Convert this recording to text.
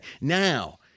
Now